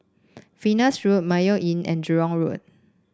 Venus Road Mayo Inn and Jurong Road